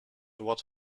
what